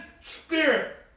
spirit